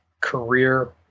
career